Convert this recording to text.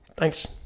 Thanks